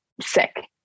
sick